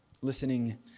Listening